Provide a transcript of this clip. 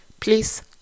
Please